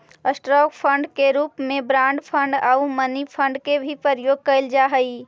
stock fund के रूप में बॉन्ड फंड आउ मनी फंड के भी प्रयोग कैल जा हई